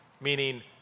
Meaning